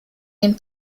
den